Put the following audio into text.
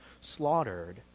slaughtered